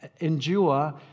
endure